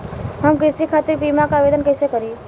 हम कृषि खातिर बीमा क आवेदन कइसे करि?